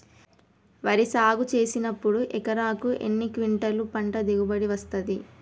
వరి సాగు చేసినప్పుడు ఎకరాకు ఎన్ని క్వింటాలు పంట దిగుబడి వస్తది?